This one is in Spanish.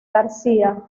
garcía